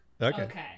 Okay